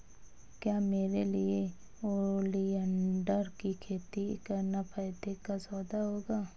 क्या मेरे लिए ओलियंडर की खेती करना फायदे का सौदा होगा?